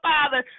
Father